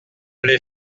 les